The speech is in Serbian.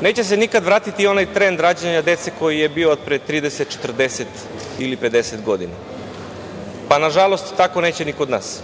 neće se nikada vratiti na onaj trend rađanja dece koji je bio pre 30, 40 ili 50 godina. Nažalost, tako neće ni kod nas.